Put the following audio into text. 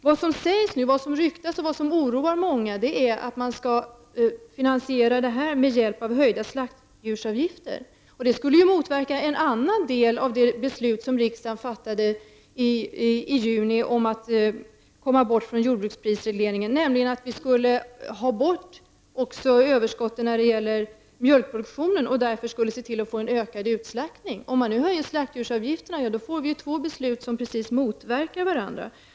Nu ryktas det, och det oroar många, att man skall finansiera detta med hjälp av höga slaktdjursavgifter. Och det skulle ju motverka en annan del av det beslut som riksdagen fattade i juni om att komma bort från jordbruksprisregleringen, nämligen att vi skall ha bort också överskottet när det gäller mjölkproduktionen. Vi skulle därför se till att få en ökad utslaktning. Om man nu höjer slaktdjursavgifterna får vi två beslut som precis motverkar varandra.